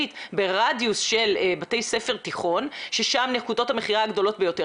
ברדיוס של בתי ספר תיכוניים שם נקודות המכירה ביותר.